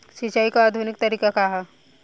सिंचाई क आधुनिक तरीका का ह?